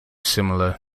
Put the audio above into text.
similar